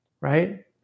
right